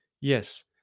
Yes